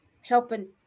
helping